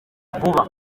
vuba